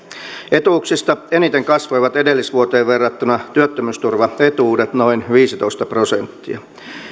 etuuksista eniten kasvoivat edellisvuoteen verrattuna työttömyysturvaetuudet noin viisitoista prosenttia